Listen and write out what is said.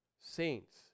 saints